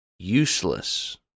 useless